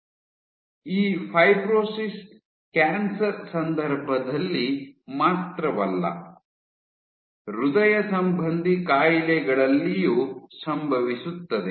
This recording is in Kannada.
ಈ ಫೈಬ್ರೋಸಿಸ್ ಕ್ಯಾನ್ಸರ್ ಸಂದರ್ಭದಲ್ಲಿ ಮಾತ್ರವಲ್ಲ ಹೃದಯ ಸಂಬಂಧಿ ಕಾಯಿಲೆಗಳಲ್ಲಿಯೂ ಸಂಭವಿಸುತ್ತದೆ